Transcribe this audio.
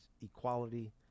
equality